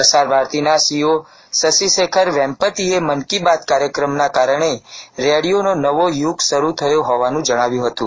પ્રસાર ભારતીના સીઇઓ શશીશેખર વેમ્પતિએ મન કી બાત કાર્યક્રમના કારણે રેડિયોનો નવો યુગ શરૂ થયો હોવાનું જણાવ્યું હતું